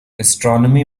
astronomy